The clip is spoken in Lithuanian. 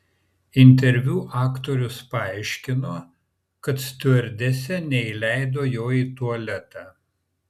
interviu aktorius paaiškino kad stiuardesė neįleido jo į tualetą